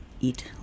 eat